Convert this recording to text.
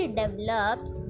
develops